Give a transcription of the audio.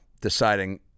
deciding